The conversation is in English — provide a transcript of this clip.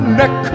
neck